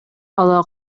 ала